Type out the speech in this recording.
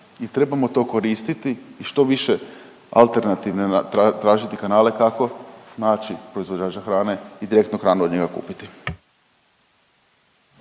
trebamo to koristiti i što više alternativne tražiti kanale kako naći proizvođača hrane i direktno hranu od njega kupiti.